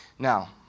Now